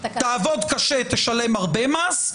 תעבוד קשה תשלם הרבה מס,